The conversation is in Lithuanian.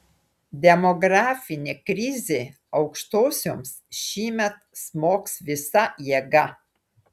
demografinė krizė aukštosioms šįmet smogs visa jėga